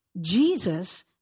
Jesus